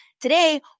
Today